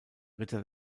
ritter